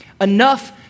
enough